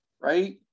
right